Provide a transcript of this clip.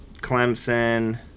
Clemson